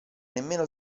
nemmeno